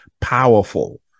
powerful